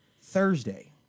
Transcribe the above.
Thursday